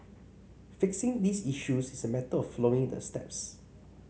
fixing these issues is a matter of following the steps